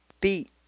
Beat